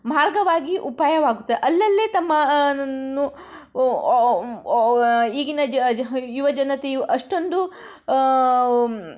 ಮಾರ್ಗವಾಗಿ ಉಪಾಯವಾಗುತ್ತೆ ಅಲ್ಲಲ್ಲೇ ತಮ್ಮ ನ್ನು ಈಗಿನ ಜ ಜ ಯುವ ಜನತೆಯು ಅಷ್ಟೊಂದು